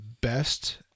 best